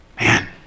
Man